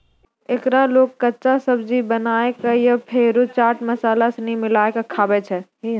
एकरा लोग कच्चा, सब्जी बनाए कय या फेरो चाट मसाला सनी मिलाकय खाबै छै